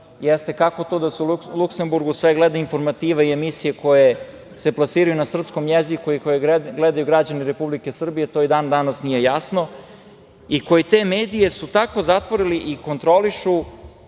jeste kako to da se u Luksemburgu sve gleda informativa i emisije koje se plasiraju na srpskom jeziku i koje gledaju građani Republike Srbije, to i dan danas nije jasno, i koji su te medije tako zatvorili i kontrolišu